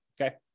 okay